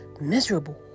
miserable